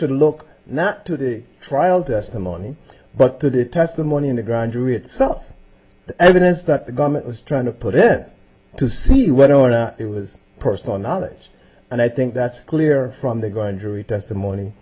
should look not to the trial testimony but to the testimony in the grand jury itself the evidence that the government was trying to put in to see whether or not it was personal knowledge and i think that's clear from the going jury testimony